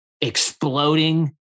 exploding